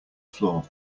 floor